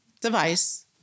device